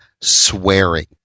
swearing